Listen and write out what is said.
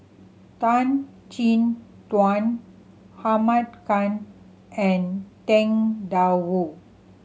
Tan Chin Tuan Ahmad Khan and Tang Da Wu